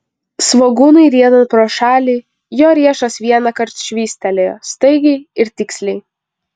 svogūnui riedant pro šalį jo riešas vienąkart švystelėjo staigiai ir tiksliai